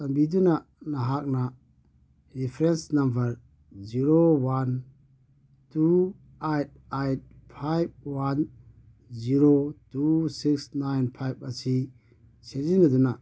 ꯆꯥꯟꯕꯤꯗꯨꯅ ꯅꯍꯥꯛꯅ reference number zero one two eight eight five one zero two six nine five ꯑꯁꯤ ꯁꯤꯖꯤꯟꯅꯗꯨꯅ